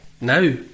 now